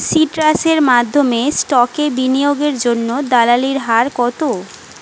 সিট্রাসের মাধ্যমে স্টকে বিনিয়োগের জন্য দালালির হার কত